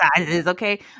okay